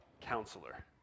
Counselor